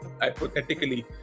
hypothetically